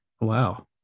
Wow